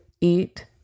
eat